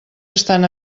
estan